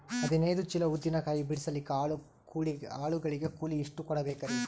ಹದಿನೈದು ಚೀಲ ಉದ್ದಿನ ಕಾಯಿ ಬಿಡಸಲಿಕ ಆಳು ಗಳಿಗೆ ಕೂಲಿ ಎಷ್ಟು ಕೂಡಬೆಕರೀ?